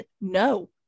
no